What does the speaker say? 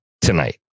tonight